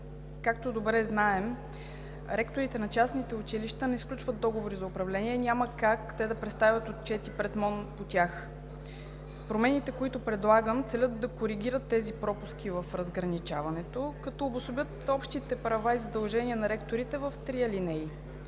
Както добре знаем, ректорите на частните училища не сключват договорите за управление и няма как те да представят отчети пред Министерството на образованието и науката по тях. Промените, които предлагам, целят да коригират тези пропуски в разграничаването, като обособят общите права и задължения на ректорите в три алинеи